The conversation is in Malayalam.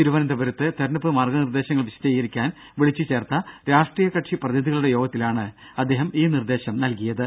തിരുവനന്തപുരത്ത് തിരഞ്ഞെടുപ്പ് മാർഗനിർദ്ദേശങ്ങൾ വിശദീകരിക്കാൻ വിളിച്ചുചേർത്ത രാഷ്ട്രീയകക്ഷി പ്രതിനിധികളുടെ യോഗത്തിലാണ് അദ്ദേഹം ഈ നിർദ്ദേശം നൽകിയത്